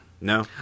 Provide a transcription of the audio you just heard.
No